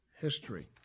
history